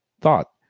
thought